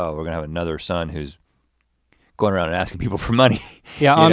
ah we're gonna have another son who's going around and asking people for money. yeah, um